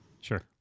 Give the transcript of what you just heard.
Sure